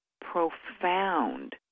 profound